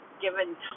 given